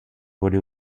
voler